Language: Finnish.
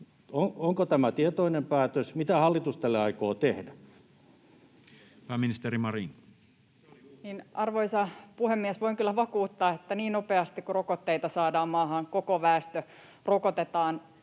Onko tämä tietoinen päätös? Mitä hallitus tälle aikoo tehdä? Pääministeri Marin. Arvoisa puhemies! Voin kyllä vakuuttaa, että niin nopeasti kuin rokotteita saadaan maahan, koko väestö rokotetaan.